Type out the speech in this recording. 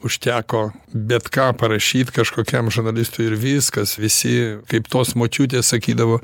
užteko bet ką parašyt kažkokiam žurnalistui ir viskas visi kaip tos močiutės sakydavo